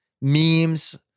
memes